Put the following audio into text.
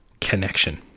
connection